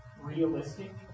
realistic